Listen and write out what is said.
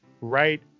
right